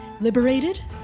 liberated